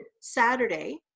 Saturday